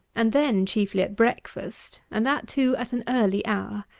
and then chiefly at breakfast, and that, too, at an early hour.